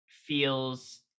feels